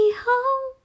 home